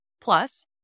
Plus